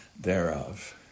thereof